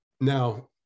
now